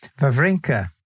Vavrinka